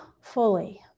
fully